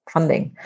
funding